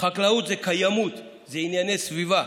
חקלאות זה קיימות, זה ענייני סביבה,